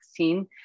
2016